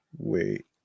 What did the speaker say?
Wait